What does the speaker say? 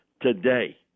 today